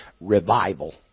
revival